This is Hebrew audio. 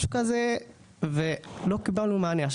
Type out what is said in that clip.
משהו כזה ולא קיבלנו מענה.